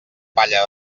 palla